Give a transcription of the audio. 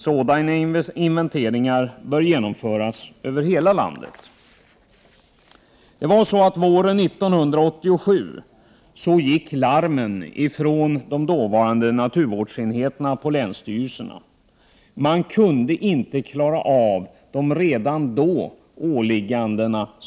Sådana inventeringar bör genomföras över hela landet. Våren 1987 gick larmen från de dåvarande naturvårdsenheterna på länsstyrelserna. Redan då kunde man inte klara av att fullgöra sina åligganden.